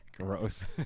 gross